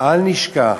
אל נשכח